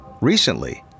Recently